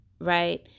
right